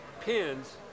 pins